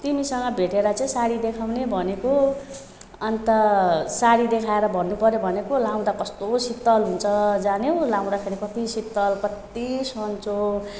तिमीसँग भेटेर चाहिँ साडी देखाउने भनेको अनि त साडी देखाएर भन्नुपऱ्यो भनेको लाउँदा कस्तो शीतल हुन्छ जान्यौ लाउँदाखेरि कति शीतल कति सन्चो